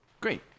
great